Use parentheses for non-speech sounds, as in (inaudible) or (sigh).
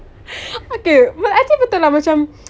(laughs) okay but I think betul lah macam